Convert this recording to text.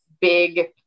big